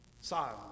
silence